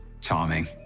Charming